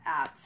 apps